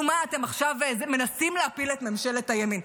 נו, מה אתם עכשיו מנסים להפיל את ממשלת הימין.